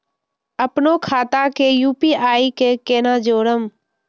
अपनो खाता के यू.पी.आई से केना जोरम?